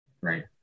right